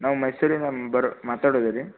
ನಾವು ಮೈಸೂರಿಂದ ಬರ್ ಮಾತಾಡೋದು ರೀ